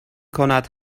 کند